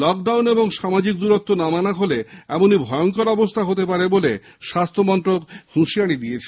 lock down এবং সামাজিক দূরত্ব না মানা হলে এমনই ভয়ঙ্কর অবস্হা হতে পারে বলে স্বাস্হ্যমন্ত্রক হুঁশিয়ারী দিয়েছে